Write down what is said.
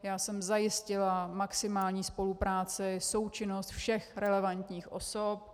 Já jsem zajistila maximální spolupráci, součinnost všech relevantních osob.